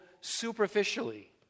superficially